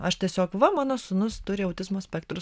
aš tiesiog va mano sūnus turi autizmo spektro